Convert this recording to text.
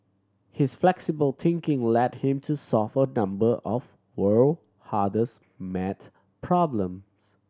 his flexible thinking led him to solve a number of world hardest math problem